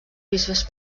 bisbes